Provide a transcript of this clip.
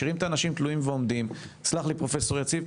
משאירים את האנשים תלויים ועומדים סלח לי פרופסור יציב,